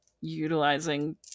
utilizing